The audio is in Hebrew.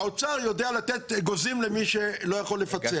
האוצר יודע לתת אגוזים למי שלא יכול לפצח.